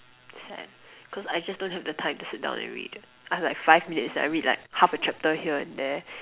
sad cause I just don't have the time to sit down and read I'm like five minutes I read like half the chapter here and there